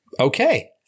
Okay